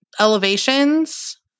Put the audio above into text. elevations